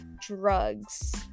drugs